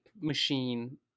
machine